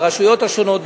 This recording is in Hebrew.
ברשויות השונות,